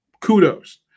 kudos